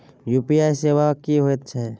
UPI सेवा की होयत छै?